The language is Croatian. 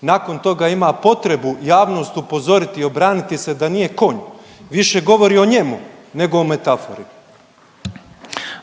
nakon toga ima potrebu javnost upozoriti, obraniti se da nije konj više govori o njemu nego o metafori.